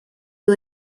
you